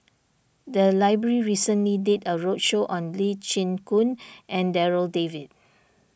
the library recently did a roadshow on Lee Chin Koon and Darryl David